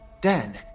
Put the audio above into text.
Dan